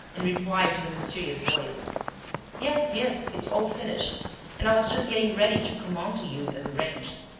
in reply to the mysterious voice yes, yes, it's all finished and i was just getting ready to come on to you, as arranged.